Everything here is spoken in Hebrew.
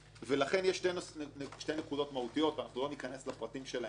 לכן יש שתי נקודות מהותיות לא ניכנס לפרטים שלהן עכשיו